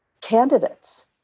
candidates